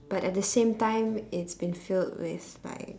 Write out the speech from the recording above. but at the same time it's been filled with like